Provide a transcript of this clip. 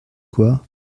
quoi